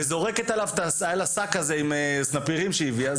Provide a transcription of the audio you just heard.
וזורקת עליו את השק עם הסנפירים שהביאה,